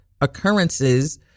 occurrences